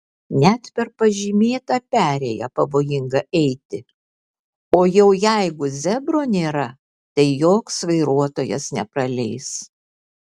net per pažymėtą perėją pavojinga eiti o jau jeigu zebro nėra tai joks vairuotojas nepraleis